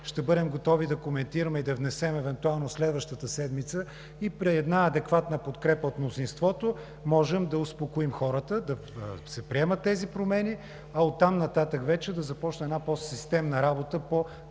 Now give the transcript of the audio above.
ще бъдем готови да коментираме и да внесем евентуално в следващата седмица, и при една адекватна подкрепа от мнозинството можем да успокоим хората, да се приемат тези промени. А оттам нататък вече да започне една по-системна работа по